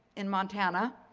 in montana,